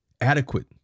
adequate